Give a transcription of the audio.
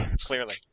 Clearly